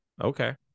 Okay